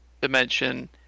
dimension